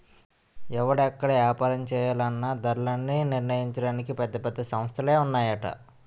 ఎవడు ఎక్కడ ఏపారం చేసుకోవాలన్నా ధరలన్నీ నిర్ణయించడానికి పెద్ద పెద్ద సంస్థలే ఉన్నాయట